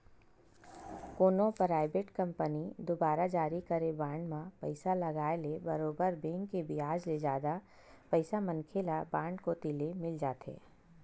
कोनो private company दुवारा जारी करे बांड म पइसा लगाय ले बरोबर बेंक के बियाज ले जादा पइसा मनखे ल बांड कोती ले मिल जाथे